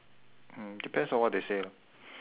mm depends on what they said lah